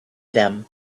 them